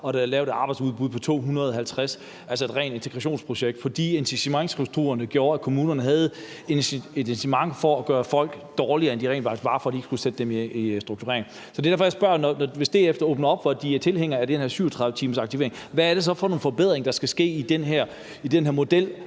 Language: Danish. og der er lavet et arbejdsudbud på 250, altså et rent integrationsprojekt, fordi incitamentsstrukturerne gjorde, at kommunerne havde et incitament til at gøre folk dårligere, end de rent faktisk var, for at de kunne sætte dem i aktivering. Så det er derfor, jeg spørger: Hvis DF åbner op for, at de er tilhængere af den her 37-timersaktivering, hvad er det så for nogle forbedringer, der skal ske i den model,